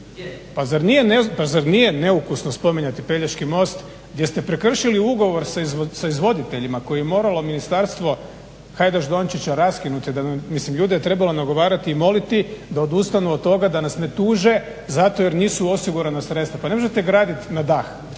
Pa zar nije neukusno spominjati Pelješki most gdje ste prekršili ugovor sa izvoditeljima koji je moralo Ministarstvo Hajdaš Dončića raskinuti, mislim ljude je trebalo nagovarati i moliti da odustanu od toga, da nas ne tuže zato jer nisu osigurana sredstva. Pa ne možete gradit na dah,